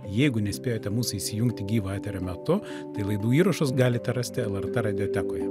jeigu nespėjote mūsų įsijungti gyvo eterio metu tai laidų įrašus galite rasti lrt radiotekoje